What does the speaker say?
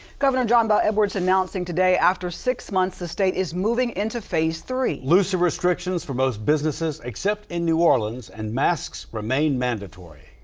governor john bel edwards announcing today after six months, the state is moving into phase three. looser restrictions for most businesses except in new orleans, and masks remain mandatory.